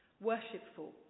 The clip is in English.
worshipful